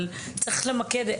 אבל צריך למקד.